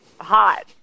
hot